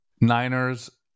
Niners